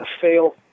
fail